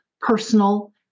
personal